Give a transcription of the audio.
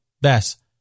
Bess